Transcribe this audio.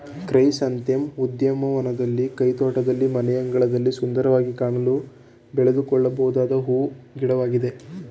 chrysanthemum ಉದ್ಯಾನವನದಲ್ಲಿ, ಕೈತೋಟದಲ್ಲಿ, ಮನೆಯಂಗಳದಲ್ಲಿ ಸುಂದರವಾಗಿ ಕಾಣಲು ಬೆಳೆದುಕೊಳ್ಳಬೊದಾದ ಹೂ ಗಿಡವಾಗಿದೆ